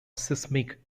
seismic